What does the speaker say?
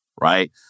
Right